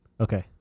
Okay